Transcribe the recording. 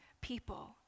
people